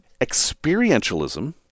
experientialism